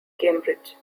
cambridge